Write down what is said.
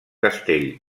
castell